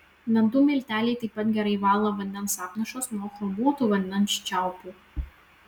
dantų milteliai taip pat gerai valo vandens apnašas nuo chromuotų vandens čiaupų